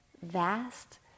Vast